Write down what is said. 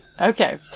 Okay